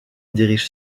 dirige